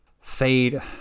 fade